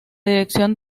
dirección